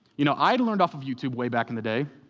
you know, i'd learned off of youtube way back in the day.